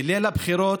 בליל הבחירות,